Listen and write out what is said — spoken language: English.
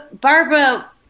Barbara